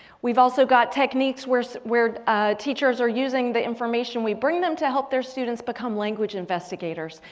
we've also got techniques where so where ah teachers are using the information we bring them to help their students become language investigators.